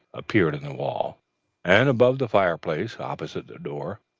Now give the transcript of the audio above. appeared in the wall and above the fireplace, opposite the door,